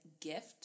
gift